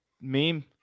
meme